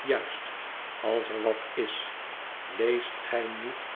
juist als er wat is leest gij niet